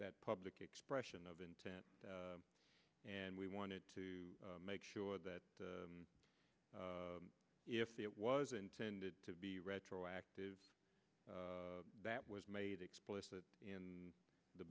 that public expression of intent and we wanted to make sure that if it was intended to be retroactive that was made explicit in the